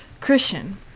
Christian